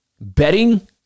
betting